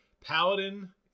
Paladin